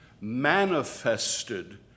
manifested